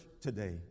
today